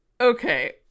Okay